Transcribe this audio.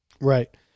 Right